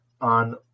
on